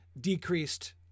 decreased